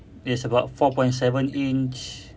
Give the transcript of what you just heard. there's about four point seven inch